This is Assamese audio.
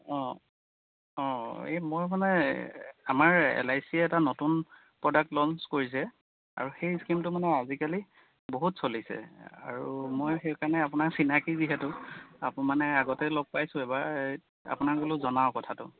অঁ অঁ এই মই মানে আমাৰ এল আই চি এটা নতুন প্ৰডাক্ট লঞ্চ কৰিছে আৰু সেই স্কিমটো মানে আজিকালি বহুত চলিছে আৰু মই সেইকাৰণে আপোনাক চিনাকি যিহেতু মানে আগতে লগ পাইছোঁ এবাৰ হেৰিত আপোনাক বোলো জনাওঁ কথাটো